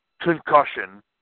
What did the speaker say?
Concussion